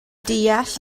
deall